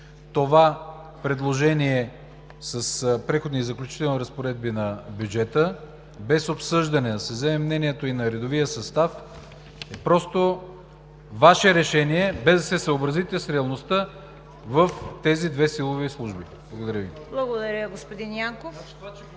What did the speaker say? Това предложение с Преходни и заключителни разпоредби на бюджета, без обсъждане, без да се вземе мнението и на редовия състав, просто е Ваше решение, без да се съобразите с реалността в тези две силови служби. Благодаря Ви. ПРЕДСЕДАТЕЛ ЦВЕТА